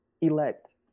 elect